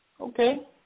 Okay